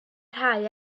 rhai